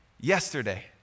yesterday